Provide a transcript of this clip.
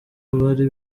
bari